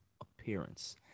appearance